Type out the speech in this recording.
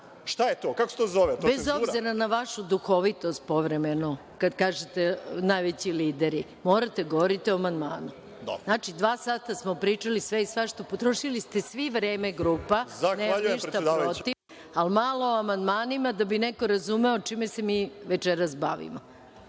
Šta je to, kako se to zove? **Maja Gojković** Bez obzira na vašu duhovitost povremenu, kad kažete – najveći lideri, morate da govorite o amandmanu. Dva sata smo pričali sve i svašta. Potrošili ste svi vreme grupa. Nemam ništa protiv, ali malo o amandmanima da bi neko razumeo čime se mi večeras bavimo. Reč